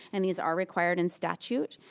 and these are required in statute.